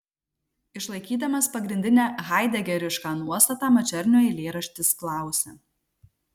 išlaikydamas pagrindinę haidegerišką nuostatą mačernio eilėraštis klausia